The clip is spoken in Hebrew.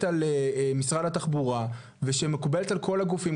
על משרד התחבורה ושמקובלת על כל הגופים,